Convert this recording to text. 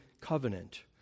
covenant